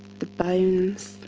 the bones,